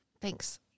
thanks